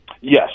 Yes